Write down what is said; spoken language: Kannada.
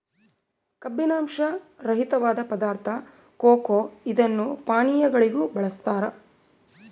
ಕಬ್ಬಿನಾಂಶ ರಹಿತವಾದ ಪದಾರ್ಥ ಕೊಕೊ ಇದನ್ನು ಪಾನೀಯಗಳಿಗೂ ಬಳಸ್ತಾರ